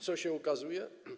Co się okazuje?